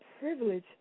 privilege